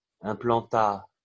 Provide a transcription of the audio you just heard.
implanta